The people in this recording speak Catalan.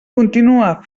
continua